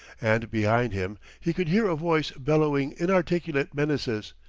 and behind him he could hear a voice bellowing inarticulate menaces,